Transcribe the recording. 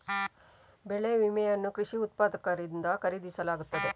ಬೆಳೆ ವಿಮೆಯನ್ನು ಕೃಷಿ ಉತ್ಪಾದಕರಿಂದ ಖರೀದಿಸಲಾಗುತ್ತದೆ